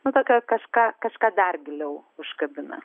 nu tokia kažką kažką dar giliau užkabina